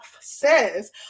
says